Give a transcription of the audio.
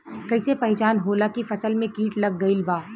कैसे पहचान होला की फसल में कीट लग गईल बा?